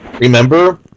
remember